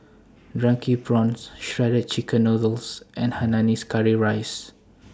Drunken Prawns Shredded Chicken Noodles and Hainanese Curry Rice